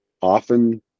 often